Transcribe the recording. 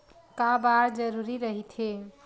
का बार जरूरी रहि थे?